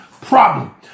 problem